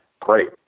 Great